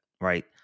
right